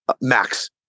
max